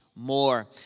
more